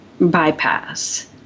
bypass